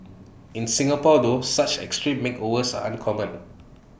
in Singapore though such extreme makeovers are uncommon